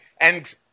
and-